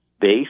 base